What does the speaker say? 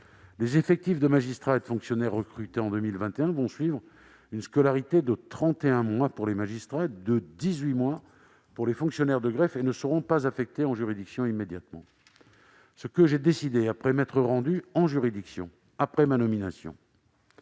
Les effectifs de magistrats et de fonctionnaires recrutés en 2021, ayant à suivre une scolarité de 31 mois pour les magistrats, de 18 mois pour les fonctionnaires de greffe, ne seront pas affectés en juridiction immédiatement. Ce que j'ai décidé, après m'être rendu en juridiction à la suite de ma nomination,